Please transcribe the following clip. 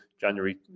January